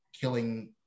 killing